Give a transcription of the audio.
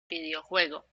videojuego